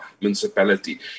municipality